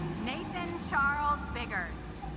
nathan charles biggers